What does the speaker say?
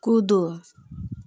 कूदो